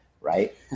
right